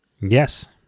Yes